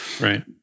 right